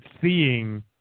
seeing